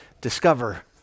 discover